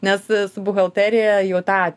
nes su buhalterija jau tą